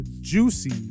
Juicy